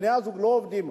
בני-הזוג לא עובדים,